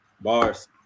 bars